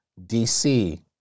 DC